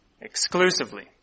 Exclusively